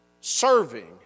serving